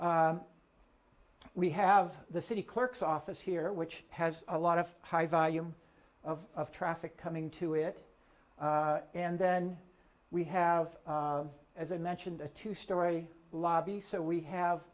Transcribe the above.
we have the city clerk's office here which has a lot of high volume of traffic coming to it and then we have as i mentioned a two story lobby so we have